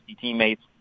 teammates